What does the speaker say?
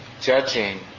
judging